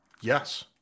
Yes